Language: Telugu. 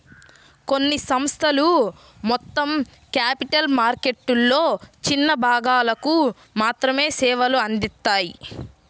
కొన్ని సంస్థలు మొత్తం క్యాపిటల్ మార్కెట్లలో చిన్న భాగాలకు మాత్రమే సేవలు అందిత్తాయి